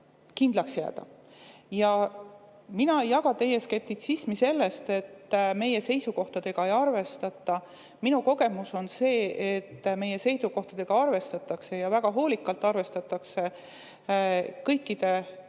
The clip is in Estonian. kindlaks jääda. Mina ei jaga teie skeptitsismi selles, et meie seisukohtadega ei arvestata. Minu kogemus on see, et meie seisukohtadega arvestatakse – ja väga hoolikalt arvestatakse.